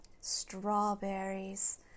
Strawberries